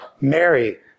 Mary